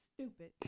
stupid